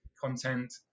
content